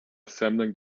assembling